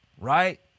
right